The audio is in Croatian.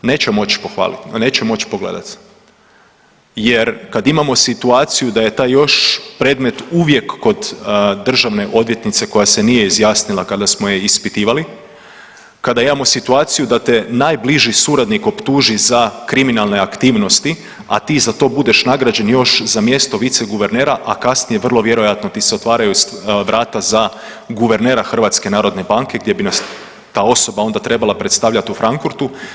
Neće moći pohvaliti, neće moći pogledati jer kad imamo situaciju da je taj još predmet uvijek kod državne odvjetnice koja se nije izjasnila kada smo je ispitivali, kada imamo situaciju da te najbliži suradnik optuži kriminalne aktivnosti, a ti za to budeš nagrađen još za mjesto viceguvernera, a kasnije vrlo vjerojatno ti se otvaraju vrata za guvernera HNB-a gdje bi nas ta osoba onda treba predstavljati u Frankfurtu.